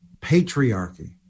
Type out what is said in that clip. patriarchy